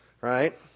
right